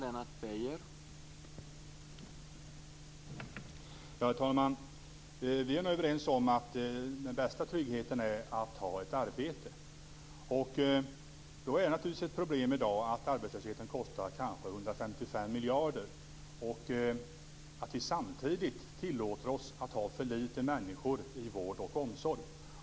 Herr talman! Vi är nog överens om att den bästa tryggheten är att ha ett arbete. Det är naturligtvis ett problem i dag att arbetslösheten kostar kanske 155 miljarder och att vi samtidigt tillåter oss att ha för få människor i vård och omsorg.